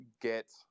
get